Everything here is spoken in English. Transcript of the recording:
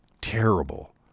terrible